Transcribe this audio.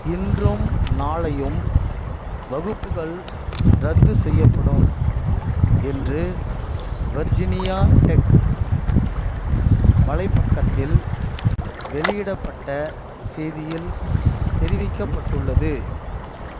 இன்றும் நாளையும் வகுப்புகள் ரத்து செய்யப்படும் என்று வர்ஜீனியா டெக் வலைப்பக்கத்தில் வெளியிடப்பட்ட செய்தியில் தெரிவிக்கப்பட்டுள்ளது